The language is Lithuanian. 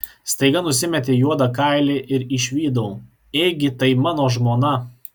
staiga nusimetė juodą kailį ir išvydau ėgi tai mano žmona